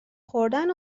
خوردن